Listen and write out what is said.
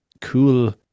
cool